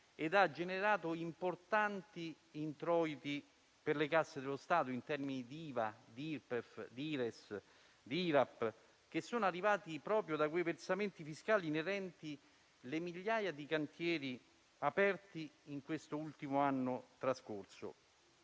ed ha generato importanti introiti per le casse dello Stato in termini di IVA, di Irpef, di Ires e di IRAP, che sono arrivati proprio da quei versamenti fiscali inerenti le migliaia di cantieri aperti nell'ultimo anno trascorso.